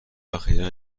اخیرا